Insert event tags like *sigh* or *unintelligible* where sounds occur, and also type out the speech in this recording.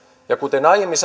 ja kuten aiemmin *unintelligible*